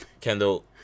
Kendall